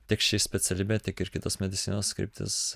tiek ši specialybė tiek ir kitos medicinos kryptis